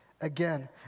again